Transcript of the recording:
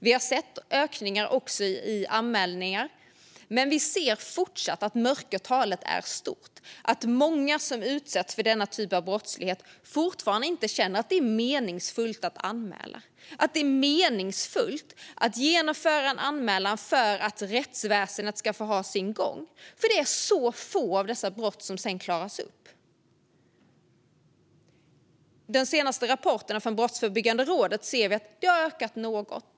Vi har också sett ökningar av anmälningar, men vi ser fortsatt att mörkertalet är stort. Många som utsätts för denna typ av brottslighet känner fortfarande inte att det är meningsfullt att anmäla så att rättskipningen får ha sin gång, för det är så få av dessa brott som klaras upp. I den senaste rapporten från Brottsförebyggande rådet ser vi att det har ökat något.